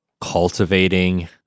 cultivating